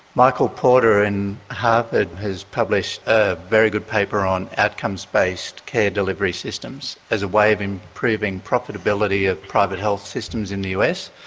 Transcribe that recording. michael porter in harvard has published a very good paper on outcomes-based care delivery systems as a way of improving profitability of private health systems in the us,